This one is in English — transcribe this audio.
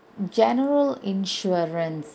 general insurance